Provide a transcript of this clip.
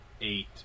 Eight